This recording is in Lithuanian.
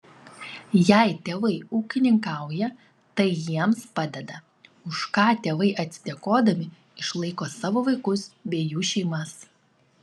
jei tėvai ūkininkauja tai jiems padeda už ką tėvai atsidėkodami išlaiko savo vaikus bei jų šeimas